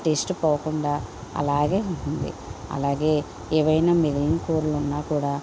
test పోకుండా అలాగే ఉంటుంది అలాగే ఏవైనా మిగిలిన కూరలు ఉన్నా కూడా